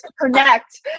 connect